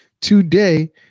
today